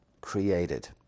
created